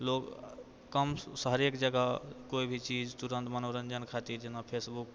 लोक कम सँ हरेक जगह कोइ भी चीज तुरन्त मनोरञ्जन खातिर जेना फेसबुक